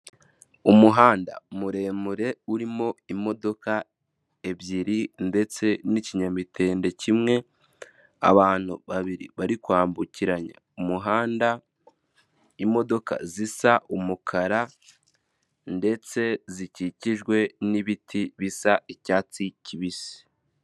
Umuhanda muremure, urimo imodoka ebyiri ndetse n'ikinyamitende kimwe, abantu babiri bari kwambukiranya umuhanda, imodoka zisa umukara ndetse zikikijwe n'ibiti bisa icyatsi kibisi.